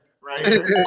right